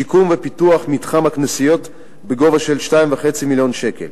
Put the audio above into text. שיקום ופיתוח מתחם הכנסיות בגובה של 2.5 מיליון שקל,